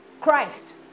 Christ